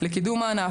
צהרים טובים לכולם.